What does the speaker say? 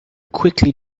quickly